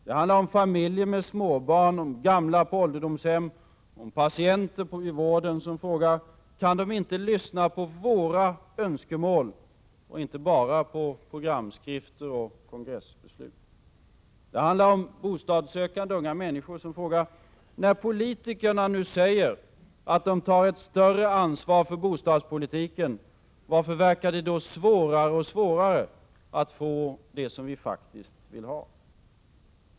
Det handlar om familjer med småbarn, om gamla på ålderdomshem och patienter i vården som frågar: Kan de inte lyssna på våra önskemål, och inte bara på programskrifter och kongressbeslut? Det handlar om bostadssökande unga människor som frågar: När politikerna säger att de tar ett större ansvar för bostadspolitiken, varför verkar det då bli svårare och svårare att få det vi vill ha?